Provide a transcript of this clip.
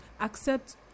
accept